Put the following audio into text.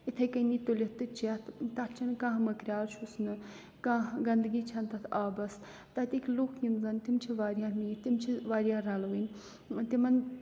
یِتھَے کٔنی تُلِتھ تہٕ چٮ۪تھ تَتھ چھِنہٕ کانٛہہ مٔکریٛار چھُس نہٕ کانٛہہ گنٛدگی چھَنہٕ تَتھ آبَس تَتِکۍ لُکھ یِم زَن تِم چھِ واریاہ میٖٹھۍ تِم چھِ واریاہ رَلوٕنۍ تِمن